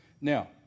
Now